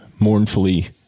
mournfully